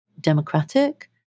democratic